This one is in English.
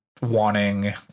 wanting